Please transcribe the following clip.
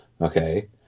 okay